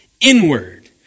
inward